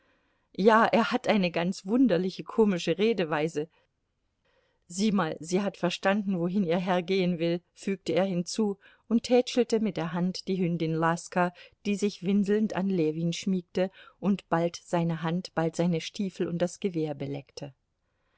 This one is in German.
ja er hat eine ganz wunderliche komische redeweise sieh mal sie hat verstanden wohin ihr herr gehen will fügte er hinzu und tätschelte mit der hand die hündin laska die sich winselnd an ljewin schmiegte und bald seine hand bald seine stiefel und das gewehr beleckte